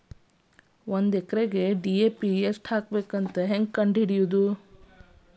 ಒಂದು ಎಕರೆಗೆ ಡಿ.ಎ.ಪಿ ಎಷ್ಟು ಹಾಕಬೇಕಂತ ಹೆಂಗೆ ಕಂಡು ಹಿಡಿಯುವುದು?